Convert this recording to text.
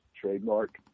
trademark